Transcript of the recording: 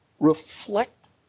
Reflect